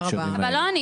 אבל לא ענית